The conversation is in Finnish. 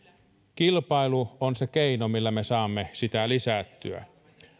kilpailu on se keino millä me saamme sitä lisättyä